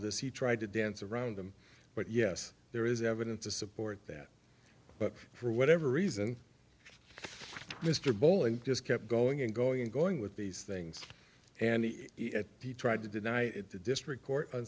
this he tried to dance around them but yes there is evidence to support that but for whatever reason mr boland just kept going and going and going with these things and he tried to deny the district court